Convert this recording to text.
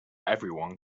everyone